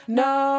no